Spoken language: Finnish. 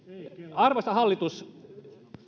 arvoisa hallitus